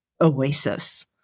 oasis